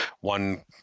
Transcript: one